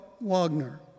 Wagner